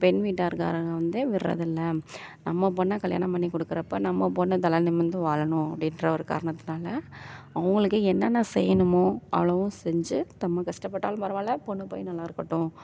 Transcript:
பெண் வீட்டார்க்காரங்க வந்து விடுறது இல்லை நம்ம பொண்ணை கல்யாணம் பண்ணிக் கொடுக்குறப்ப நம்ம பொண்ணு தலை நிமிர்ந்து வாழணும் அப்படின்ற ஒரு காரணத்தினால அவங்களுக்கு என்னென்ன செய்யணுமோ அவ்வளோவும் செஞ்சு நம்ம கஷ்டப்பட்டாலும் பரவாயில்லை பொண்ணு போய் நல்லா இருக்கட்டும்